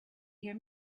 hear